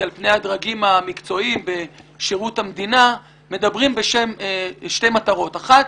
על פני הדרגים המקצועיים בשירות המדינה מדברים בשם שתי מטרות: האחת,